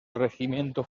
regimiento